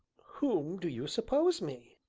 whom do you suppose me?